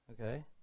Okay